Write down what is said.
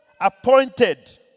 appointed